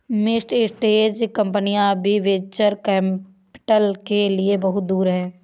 mid stage कंपनियां अभी venture capital के लिए बहुत दूर हैं